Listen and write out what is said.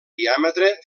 diàmetre